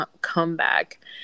comeback